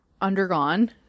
undergone